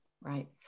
right